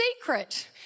Secret